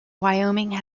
wyoming